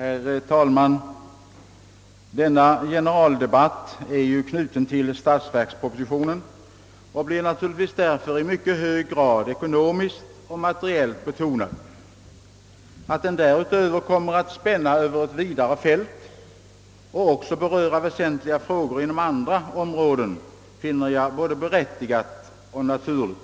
Herr talman! Denna generaldebatt är ju knuten till statsverkspropositionen och blir naturligtvis därför i mycket hög grad ekonomiskt och materiellt betonad. Att den därutöver kommer att spänna över ett vidare fält och också beröra väsentliga frågor inom andra områden finner jag både berättigat och naturligt.